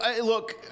look